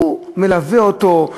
שהוא מלווה אותו,